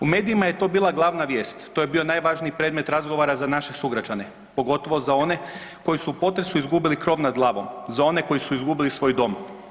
U medijima je to bila glavna vijest, to je bio najvažniji predmet razgovora za naše sugrađane, pogotovo za one koji su u potresu izgubili krov nad glavom, za one koji su izgubili svoj dom.